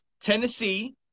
Tennessee